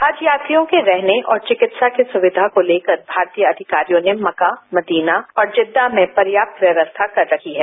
हज यात्रियों के रहने और चिकित्सा की सुविधा को लेकर भारतीय अधिकारियों ने मक्का मदीना और जद्दा में प्रयाप्त व्यवस्था कर रखी है